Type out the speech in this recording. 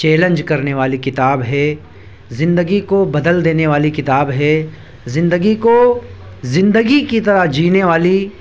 challenge کرنے والی کتاب ہے زندگی کو بدل دینے والی کتاب ہے زندگی کو زندگی کی طرح جینے والی